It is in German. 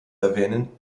erwähnen